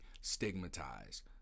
stigmatized